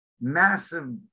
massive